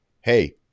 hey